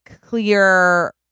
clear